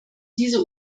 diese